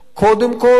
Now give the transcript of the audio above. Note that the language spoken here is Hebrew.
קודם כול,